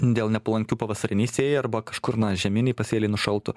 dėl nepalankių pavasarinei sėjai arba kažkur na žieminiai pasėliai nušaltų